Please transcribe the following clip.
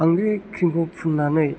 आं बे क्रिमखौ फुननानै